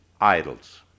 idols